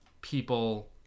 people